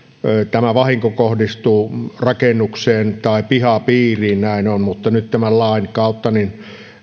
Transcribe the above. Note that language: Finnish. vahinko kohdistuu rakennukseen tai pihapiiriin näin on mutta nyt tämän lain kautta